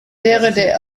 der